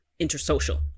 intersocial